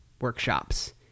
workshops